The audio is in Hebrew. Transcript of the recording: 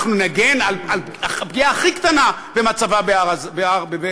אנחנו נגן על פגיעה הכי קטנה במצבה בהר-הזיתים.